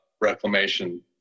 reclamation